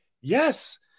yes